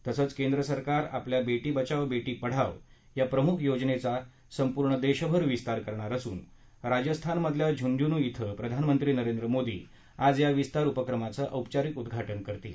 तसंच केंद्रसरकार आपल्या बेशी बचाओ बेशी पढाओ या प्रमुख योजनेचा संपूर्ण देशभरात विस्तार करणार असून राजस्थानमधल्या झुनझुन िं प्रधानमंत्री नरेंद्र मोदी आज या विस्तार उपक्रमाचं औपचारिक उद्घाजि करणार आहेत